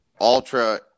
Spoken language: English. Ultra